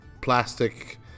plastic